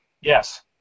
Yes